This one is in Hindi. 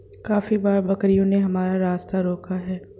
काफी बार बकरियों ने हमारा रास्ता रोका है